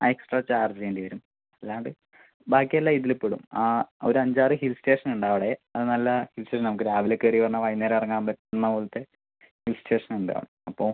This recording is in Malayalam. ആ എക്സ്ട്രാ ചാർജ് വേണ്ടി വരും അല്ലാണ്ട് ബാക്കി എല്ലാം ഇതിൽ പെടും ആ ഒരു അഞ്ച് ആറ് ഹിൽ സ്റ്റേഷനുണ്ട് അവിടെ അത് നല്ല വിഷ്വൽ നമുക്ക് രാവിലെ കയറി വന്നാൽ വൈകുന്നേരം ഇറങ്ങാൻ പറ്റുന്ന പോലത്തെ ഹിൽ സ്റ്റേഷൻസ് ഉണ്ട് അപ്പോൾ